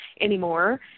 anymore